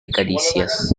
caricias